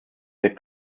der